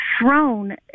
thrown